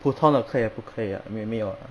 普通的课也不可以啊没没有啊